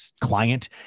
client